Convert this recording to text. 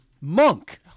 monk